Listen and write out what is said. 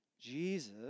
Jesus